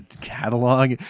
catalog